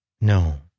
No